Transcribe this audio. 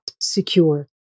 secure